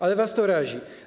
Ale was to razi.